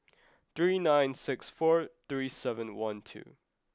three nine six four three seven one two